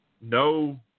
no